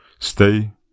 Stay